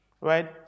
right